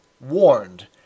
warned